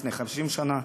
לפני 50 שנה,